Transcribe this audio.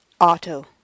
Auto